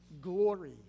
Glory